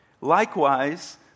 Likewise